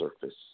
surface